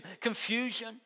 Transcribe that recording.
confusion